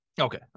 Okay